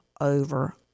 over